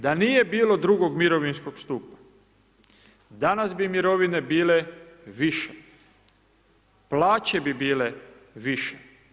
Da nije bilo 2. mirovinskog stupa, danas bi mirovine bile više, plaće bi bile više.